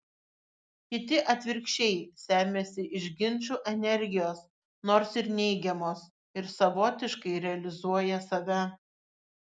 kiti atvirkščiai semiasi iš ginčų energijos nors ir neigiamos ir savotiškai realizuoja save